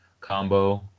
combo